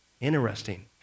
Interesting